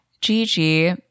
Gigi